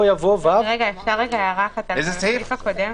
אפשר הערה אחת על הסעיף הקודם?